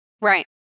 right